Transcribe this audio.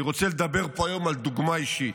אני רוצה לדבר פה היום על דוגמה אישית.